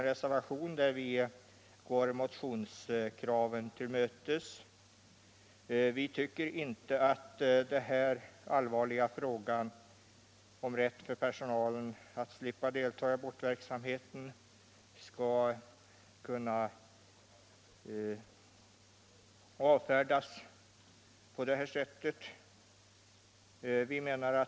I reservationen går vi motionskraven till mötes. Vi tycker inte att denna allvarliga fråga om rätt för personalen att slippa delta i abortverksamheten skall kunna avfärdas på det här sättet.